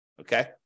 okay